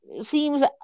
seems